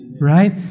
right